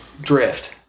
drift